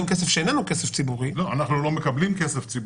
כסף שאיננו כסף ציבורי --- אנחנו לא מקבלים כסף ציבורי.